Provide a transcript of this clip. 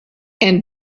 and